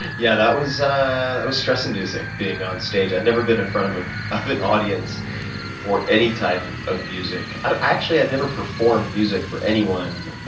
yeah, that was that was stress-inducing, being on stage. i'd never been in front of ah of an audience for any type of music. i actually had never performed music for anyone,